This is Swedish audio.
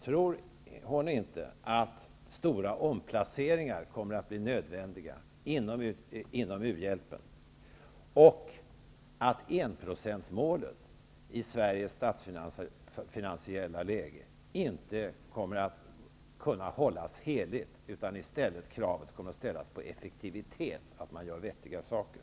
Tror hon inte att stora omplaceringar kommer att bli nödvändiga inom u-hjälpen och att enprocentsmålet i Sveriges statsfinansiella läge inte kommer att kunna hållas heligt, utan att krav i stället kommer att ställas på effektivitet och att man gör vettiga saker?